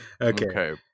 Okay